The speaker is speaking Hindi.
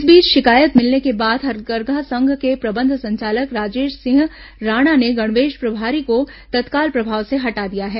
इस बीच शिकायत मिलने के बाद हथकरघा संघ के प्रबंध संचालक राजेश सिंह राणा ने गणवेश प्रभारी को तत्काल प्रभाव से हटा दिया है